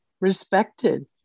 respected